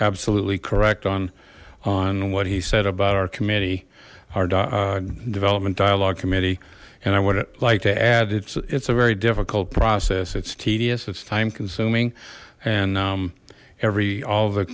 absolutely correct on on what he said about our committee our da development dialogue committee and i would like to add it's it's a very difficult process it's tedious it's time consuming and every all the